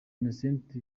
innocent